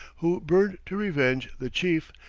who burned to revenge the chief,